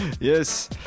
Yes